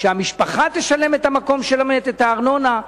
שהמשפחה תשלם על המקום של המת, את הארנונה?